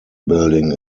building